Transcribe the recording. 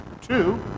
two